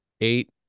Eight